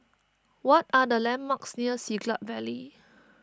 what are the landmarks near Siglap Valley